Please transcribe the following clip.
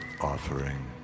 offering